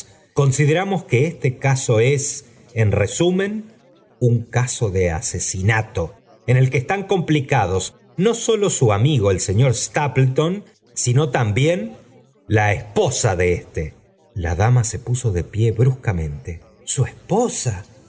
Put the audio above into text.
considerarnos que este caso es en resumen un caso de asesinarte en el que están complicados no sólo su amigo el señor stapleton sino también la esposa de ésto la dama so puso de pie bruscamente i su esposa